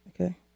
Okay